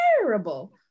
terrible